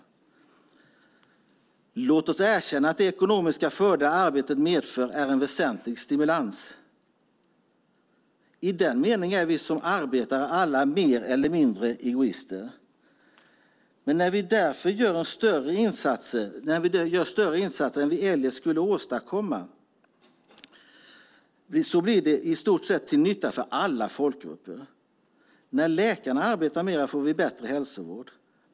Jag läser vidare: "Låt oss erkänna att de ekonomiska fördelar arbetet medför är en väsentlig stimulans! - I den meningen är vi som arbetare alla mer eller mindre egoister. Men när vi därför gör större insatser än vi eljest skulle åstadkomma, så blir det i stort sett till nytta för alla folkgrupper .- När läkarna arbetar mer får vi en bättre hälsovård.